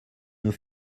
nos